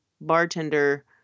bartender